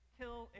kill